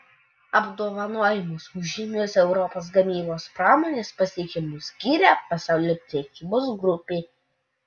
apdovanojimus už žymius europos gamybos pramonės pasiekimus skiria pasaulio prekybos grupė